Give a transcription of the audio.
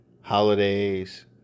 holidays